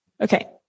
Okay